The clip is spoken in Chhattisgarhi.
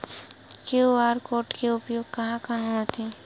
क्यू.आर कोड के उपयोग कहां कहां होथे?